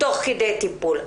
תוך כדי הטיפול.